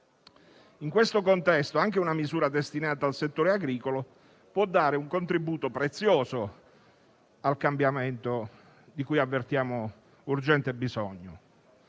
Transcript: In questo contesto, anche una misura destinata al settore agricolo può dare un contributo prezioso al cambiamento di cui avvertiamo urgente bisogno.